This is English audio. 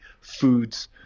foods